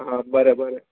हा बरें बरें